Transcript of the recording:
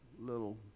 little